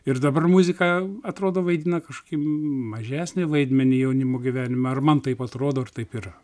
ir dabar muzika atrodo vaidina kašokį mažesnį vaidmenį jaunimo gyvenime ar man taip atrodo ar taip yra